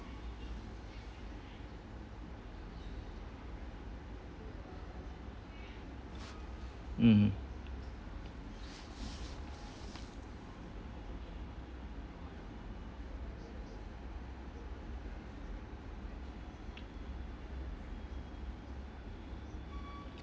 mm